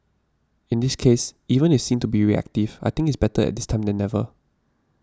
in this case even if seen to be reactive I think it's better at this time than never